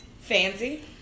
fancy